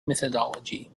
mythology